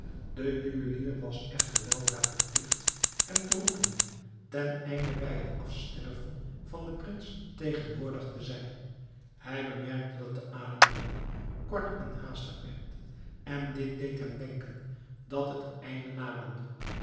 de juwelier was echter weldra verpligt hem te roepen ten einde bij het afsterven van den prins tegenwoordig te zijn hij bemerkte dat de ademhaling kort en haastig werd en dit deed hem denken dat het einde naderde